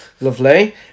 Lovely